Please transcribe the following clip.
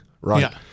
right